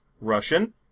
Russian